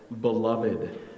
beloved